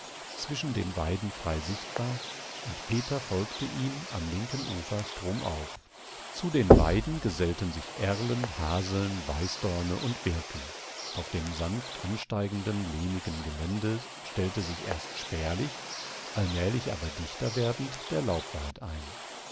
zwischen den weiden frei sichtbar und peter folgte ihm am linken ufer stromauf zu den weiden gesellten sich erlen haseln weißdorne und birken auf dem sanft ansteigenden lehmigen gelände stellte sich erst spärlich allmählich aber dichter werdend der laubwald ein